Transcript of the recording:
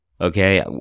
Okay